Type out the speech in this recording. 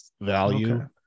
value